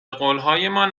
قولهایمان